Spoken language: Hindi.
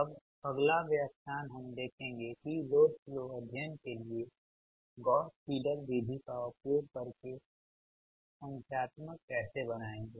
अब अगला व्याख्यान हम देखेंगे कि लोड फ्लो अध्ययन के लिए गॉस सिडल विधि का उपयोग करके संख्यात्मक कैसे बनाएँगे